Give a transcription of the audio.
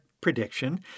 prediction